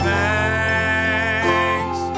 thanks